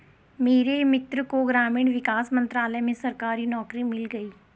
मेरे मित्र को ग्रामीण विकास मंत्रालय में सरकारी नौकरी मिल गई